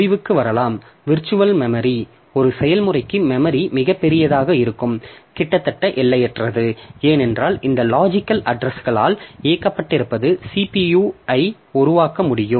முடிவுக்கு வரலாம் virtual memory ஒரு செயல்முறைக்கு மெமரி மிகப் பெரியதாக இருக்கும் கிட்டத்தட்ட எல்லையற்றது ஏனென்றால் இந்த லாஜிக்கல் அட்றஸ்களால் இயக்கப்பட்டிருப்பது CPU ஐ உருவாக்க முடியும்